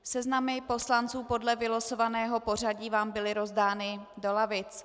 Seznamy poslanců podle vylosovaného pořadí vám byly rozdány do lavic.